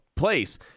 place